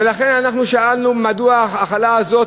ולכן, אנחנו שאלנו, מדוע ההחלה זאת?